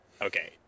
Okay